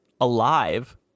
alive